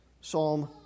Psalm